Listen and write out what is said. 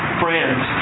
friends